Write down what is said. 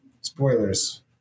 spoilers